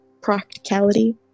practicality